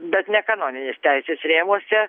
bet nekanoninės teisės rėmuose